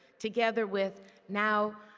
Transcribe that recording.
together with now,